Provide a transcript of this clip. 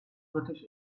britisch